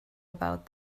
about